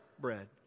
bread